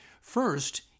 First